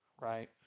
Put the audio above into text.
Right